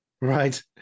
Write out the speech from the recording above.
Right